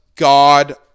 God